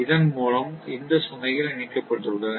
இதன் மூலம் இந்த சுமைகள் இணைக்கப்பட்டுள்ளன